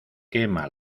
quema